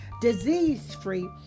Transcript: disease-free